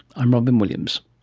i'm robyn williams